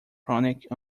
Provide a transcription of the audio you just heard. chronic